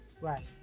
Right